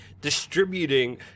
distributing